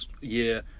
year